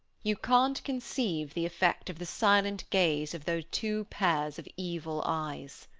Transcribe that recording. you can't conceive the effect of the silent gaze of those two pairs of evil eyes.